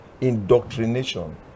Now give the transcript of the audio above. indoctrination